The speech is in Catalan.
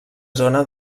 zona